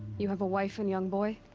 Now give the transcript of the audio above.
you have a wife and young boy?